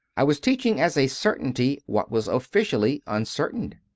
i was teaching as a certainty what was officially uncertain.